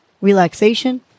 relaxation